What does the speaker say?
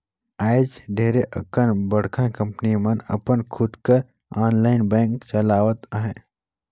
आएज ढेरे अकन बड़का कंपनी मन अपन खुद कर आनलाईन बेंक चलावत अहें